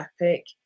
epic